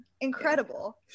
Incredible